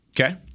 Okay